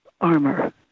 armor